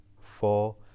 four